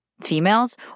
females—